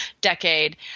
decade